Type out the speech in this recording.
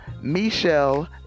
Michelle